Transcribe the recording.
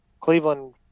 Cleveland